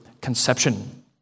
conception